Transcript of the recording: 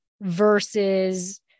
versus